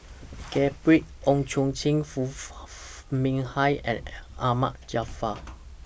Gabriel Oon Chong Jin Foo Mee Har and Ahmad Jaafar